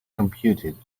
computed